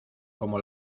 como